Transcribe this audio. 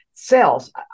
Sales